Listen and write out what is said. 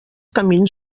camins